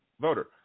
voter